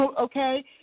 okay